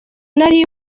nari